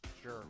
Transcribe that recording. Sure